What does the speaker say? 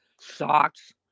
socks